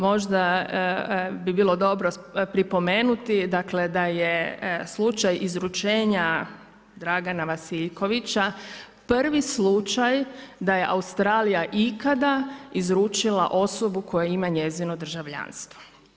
Možda bi bilo dobro pripomenuti dakle da je slučaj izručenja Dragana Vasiljkovića prvi slučaj da je Australija ikada izručila osobu koja ima njezino državljanstvo.